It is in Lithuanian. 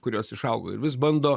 kuriuos išaugo ir vis bando